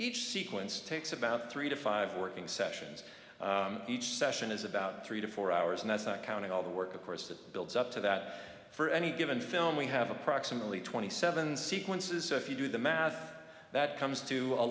each sequence takes about three to five working sessions each session is about three to four hours and that's not counting all the work of course that builds up to that for any given film we have approximately twenty seven sequences so if you do the math that comes to a